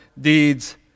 deeds